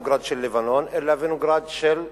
לא וינגורד של לבנון,